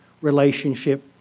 relationship